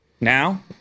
Now